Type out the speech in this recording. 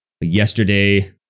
Yesterday